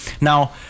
Now